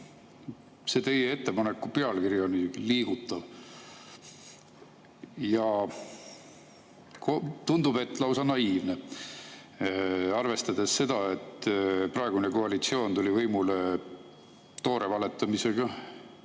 See teie ettepaneku pealkiri on liigutav ja tundub, et lausa naiivne, arvestades seda, et praegune koalitsioon tuli võimule toore valetamisega.